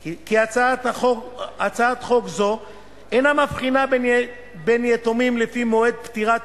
כי הצעת חוק זו אינה מבחינה בין יתומים לפי מועד פטירת